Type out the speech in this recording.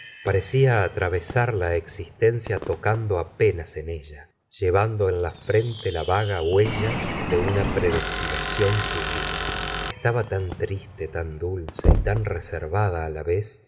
parecía atravesar la existencia tocando apenas en ella llevando en la frente la vaga huella de una predestinación sublime estaba tan triste tan dulce y tan reservada la vez